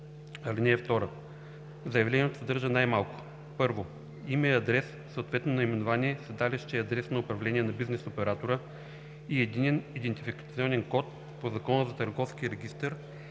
приложимо. (2) Заявлението съдържа най-малко: 1. име и адрес, съответно наименование, седалище и адрес на управление на бизнес оператора и единен идентификационен код по Закона за търговския регистър